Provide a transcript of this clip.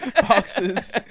boxes